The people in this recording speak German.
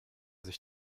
sich